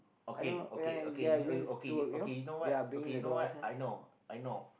okay okay okay you okay okay you know what okay you know what I know I know